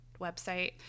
website